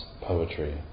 poetry